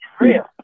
real